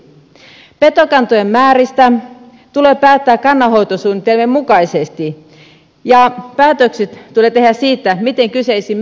esimerkiksi petokantojen määristä tulee päättää kannanhoitosuunnitelmien mukaisesti ja päätökset tulee tehdä siitä miten kyseisiin määriin päästään